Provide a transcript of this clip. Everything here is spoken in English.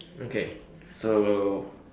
okay so I will